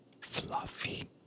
fluffy